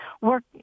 work